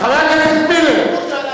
בפני הציבור שלנו, לא בפנינו.